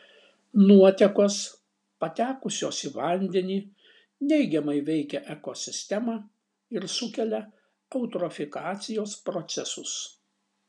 nuotekos patekusios į vandenį neigiamai veikia ekosistemą ir sukelia eutrofikacijos procesus